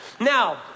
Now